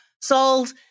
sold